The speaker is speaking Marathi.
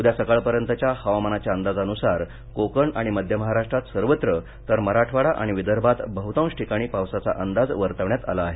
उद्या सकाळपर्यंतच्या हवामानाच्या अंदाजानुसार कोकण आणि मध्य महाराष्ट्रात सर्वत्र तर मराठवाडा आणि विदर्भात बहतांश ठिकाणी पावसाचा अंदाज वर्तवण्यात आला आहे